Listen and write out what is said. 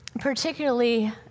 particularly